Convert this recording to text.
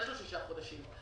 יש לו שישה חודשים,